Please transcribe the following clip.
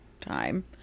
time